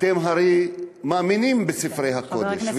אתם הרי מאמינים בספרי הקודש, חבר הכנסת מרגי.